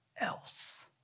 else